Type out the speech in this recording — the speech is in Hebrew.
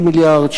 50 מיליארד,